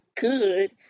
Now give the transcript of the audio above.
good